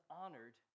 honored